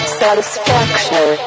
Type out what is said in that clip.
satisfaction